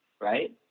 right